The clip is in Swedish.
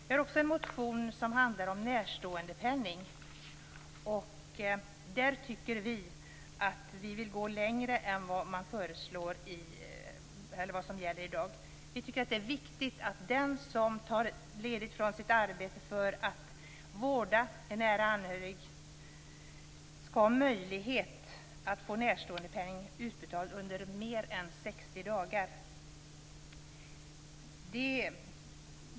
Vi har också en motion som handlar om närståendepenning. Där vill vi gå längre än vad som gäller i dag. Vi tycker att det är viktigt att den som tar ledigt från sitt arbete för att vårda en nära anhörig skall ha möjlighet att få närståendepenning utbetald under mer än 60 dagar.